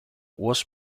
was